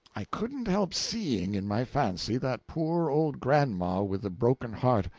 i couldn't help seeing, in my fancy, that poor old grandma with the broken heart,